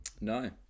No